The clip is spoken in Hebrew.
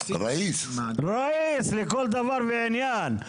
ראיס לכל דבר ועניין,